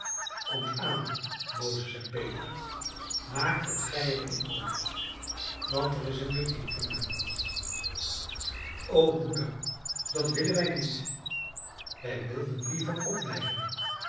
komt aan mozes en peter maakt dat gij er in komt want er is eene meeting van avond o moeder dat willen wij niet wij wilden liever opblijven